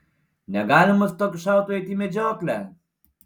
negalima su tokiu šautuvu eiti į medžioklę